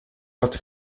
wat